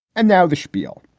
and now the spiel.